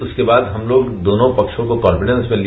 इसके बाद हम लोग दोनों पक्षों को कॉन्फिडेंस में लिए